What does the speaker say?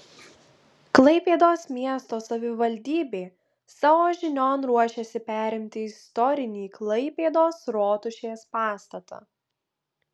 klaipėdos miesto savivaldybė savo žinion ruošiasi perimti istorinį klaipėdos rotušės pastatą